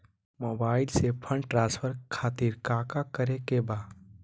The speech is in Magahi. मोबाइल से फंड ट्रांसफर खातिर काका करे के बा?